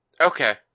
Okay